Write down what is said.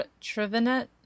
Trivenet